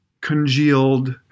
congealed